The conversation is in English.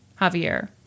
Javier